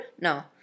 No